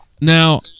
Now